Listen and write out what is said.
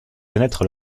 connaître